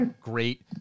great